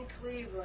Cleveland